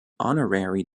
honorary